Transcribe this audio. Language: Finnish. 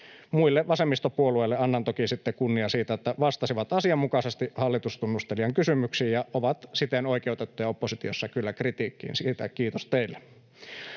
Muille vasemmistopuolueille annan toki sitten kunnian siitä, että ne vastasivat asianmukaisesti hallitustunnustelijan kysymyksiin ja ovat siten oikeutettuja oppositiossa kyllä kritiikkiin — siitä kiitos teille.